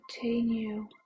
continue